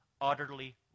utterly